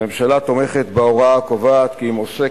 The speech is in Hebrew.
הממשלה תומכת בהוראה הקובעת כי אם עוסק